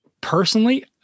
personally